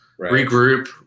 regroup